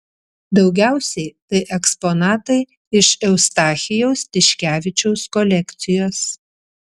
daugiausiai tai eksponatai iš eustachijaus tiškevičiaus kolekcijos